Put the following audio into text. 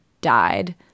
died